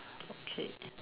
okay